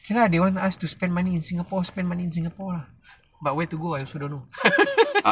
okay lah they want us to spend money in singapore spend money in singapore lah but where to go I also don't know